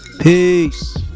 Peace